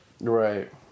right